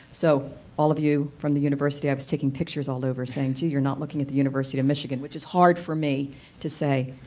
so all of you from the university i was taking pictures all over saying gee you're not looking at university of michigan, which is hard for me to say